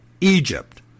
Egypt